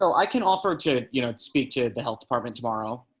so i can offer to, you know, speak to the health department tomorrow.